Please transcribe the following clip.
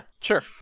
Sure